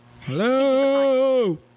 Hello